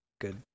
good